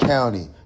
County